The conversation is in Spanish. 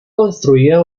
construida